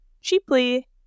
cheaply